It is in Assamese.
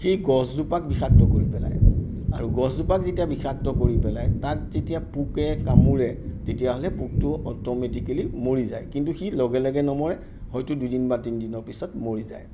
সেই গছজোপাক বিষাক্ত কৰি পেলায় আৰু গছজোপাক যেতিয়া বিষাক্ত কৰি পেলায় তাক যেতিয়া পোকে কামোৰে তেতিয়াহ'লে পোকটো অটমেটিকেলি মৰি যায় কিন্তু সি লগে লগে নমৰে হয়তো দুদিন বা তিনিদিনৰ পিছত মৰি যায়